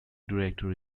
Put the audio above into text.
director